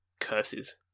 curses